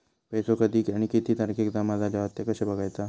पैसो कधी आणि किती तारखेक जमा झाले हत ते कशे बगायचा?